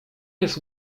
jest